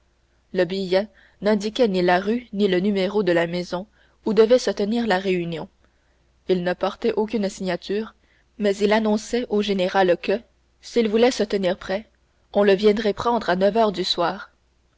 le billet n'indiquait ni la rue ni le numéro de la maison où devait se tenir la réunion il ne portait aucune signature mais il annonçait au général que s'il voulait se tenir prêt on le viendrait prendre à neuf heures du soir